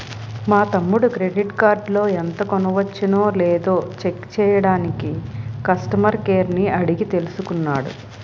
మా తమ్ముడు క్రెడిట్ కార్డులో ఎంత కొనవచ్చునో లేదో చెక్ చెయ్యడానికి కష్టమర్ కేర్ ని అడిగి తెలుసుకున్నాడు